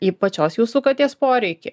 į pačios jūsų katės poreikį